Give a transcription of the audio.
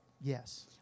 yes